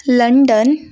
London